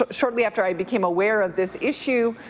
shortly after i became aware of this issue,